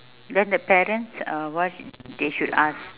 then the parents uh what they should ask